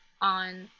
on